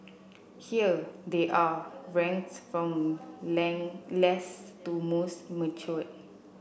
here they are ranked from least to most mature